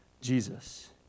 Jesus